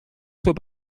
soit